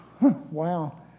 wow